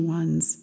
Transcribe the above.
ones